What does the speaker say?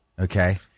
Okay